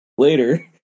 Later